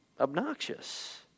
obnoxious